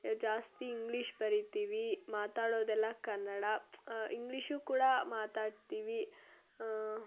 ಜಾಸ್ತಿ ಇಂಗ್ಲೀಷ್ ಬರೀತೀವಿ ಮಾತಾಡೋದೆಲ್ಲ ಕನ್ನಡ ಇಂಗ್ಲೀಷೂ ಕೂಡ ಮಾತಾಡ್ತೀವಿ